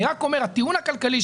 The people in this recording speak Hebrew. אני רק אומר שהטיעון הכלכלי,